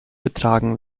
getragen